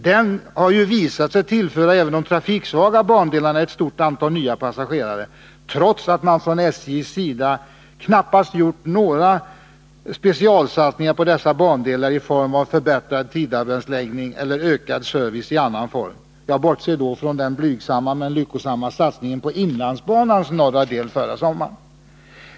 Den satsningen har ju visat sig tillföra även de trafiksvaga bandelarna ett stort antal nya passagerare, trots att man från SJ:s sida knappast gjort några specialsatsningar på dessa bandelar i form av förbättrad tidtabellsläggning eller ökad service i övrigt. Jag bortser då från den blygsamma men lyckosamma satsningen på inlandsbanans norra del förra sommaren.